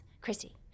Christy